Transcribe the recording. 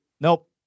Nope